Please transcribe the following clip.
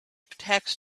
tax